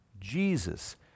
Jesus